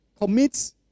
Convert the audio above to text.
commits